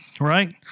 Right